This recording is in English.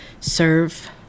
serve